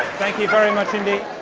thank you very much indeed.